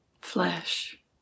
flesh